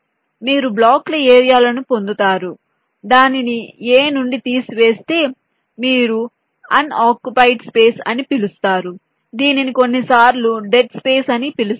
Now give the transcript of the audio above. కాబట్టి మీరు బ్లాకుల ఏరియా లను పొందుతారు మీరు దానిని A నుండి తీసివేస్తే మీరు అన్ ఆకుపైడ్ స్పేస్ అని పిలుస్తారు దీనిని కొన్నిసార్లు డెడ్ స్పేస్ అని పిలుస్తారు